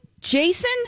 Jason